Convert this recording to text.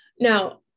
Now